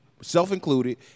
self-included